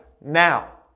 now